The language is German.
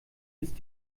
ist